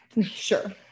Sure